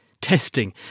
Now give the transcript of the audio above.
testing